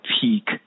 peak